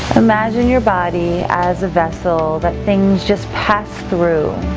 imagine your body as a vessel that things just pass through.